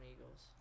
Eagles